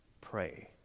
Pray